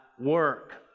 work